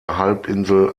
halbinsel